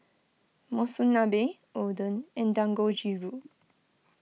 Monsunabe Oden and Dangojiru